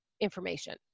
information